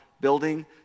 building